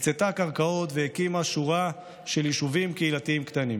הקצתה קרקעות והקימה שורה של יישובים קהילתיים קטנים.